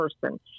person